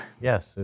Yes